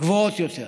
גבוהות יותר.